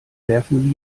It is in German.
werfen